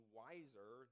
wiser